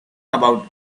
about